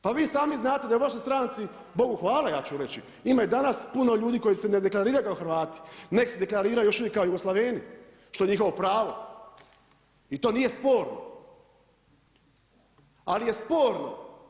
Pa vi sami znate da je u vašoj stranci, Bogu hvala ja ću reći ima i danas puno ljudi koji se ne deklariraju kao Hrvati nego se deklariraju još uvijek kao Jugoslaveni što je njihovo pravo i to nije sporno.